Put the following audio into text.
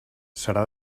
serà